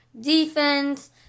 defense